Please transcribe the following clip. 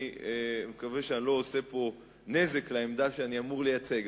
אני מקווה שאני לא עושה נזק לעמדה שאני אמור לייצג,